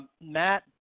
Matt